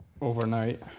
Overnight